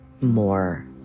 more